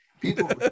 people